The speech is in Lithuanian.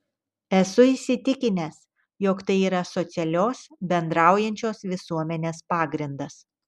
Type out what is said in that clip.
esu įsitikinęs jog tai yra socialios bendraujančios visuomenės pagrindas